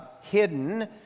hidden